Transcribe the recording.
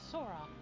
Sora